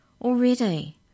Already